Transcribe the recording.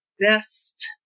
best